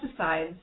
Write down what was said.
Pesticides